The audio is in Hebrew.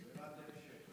שאלת המשך.